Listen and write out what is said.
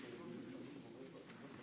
תוצאות הצבעה